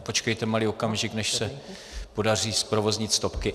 Počkejte malý okamžik, než se podaří zprovoznit stopky.